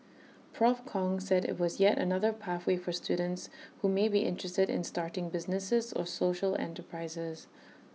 Prof Kong said IT was yet another pathway for students who may be interested in starting businesses or social enterprises